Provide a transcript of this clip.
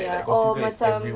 ya or macam